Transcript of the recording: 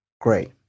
Great